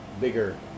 bigger